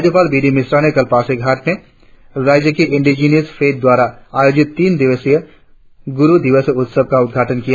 राज्यपाल B D Mishra ने कल पासीघाट में राज्य के इंडिजिनस फैट द्वारा आयोजित तीन दिवसीय गुरु दिवस उत्सव का उद्घाटन किया